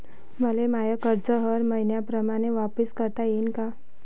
मले माय कर्ज हर मईन्याप्रमाणं वापिस करता येईन का?